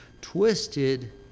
twisted